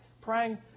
praying